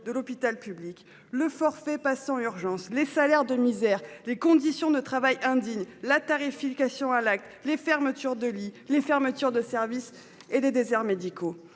de l'hôpital public. Le forfait patient urgences les salaires de misère, les conditions de travail indignes, la tarification à l'acte, les fermetures de lits, les fermetures de services et des déserts médicaux.